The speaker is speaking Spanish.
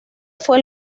fue